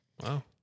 Wow